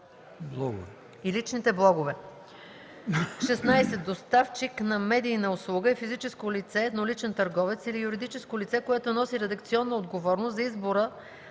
подобни, и личните блогове. 16. „Доставчик на медийна услуга” е физическо лице – едноличен търговец, или юридическо лице, което носи редакционна отговорност за избора